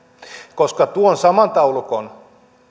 koska jos tuon saman taulukon